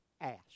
ask